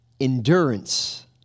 endurance